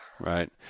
Right